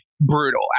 brutal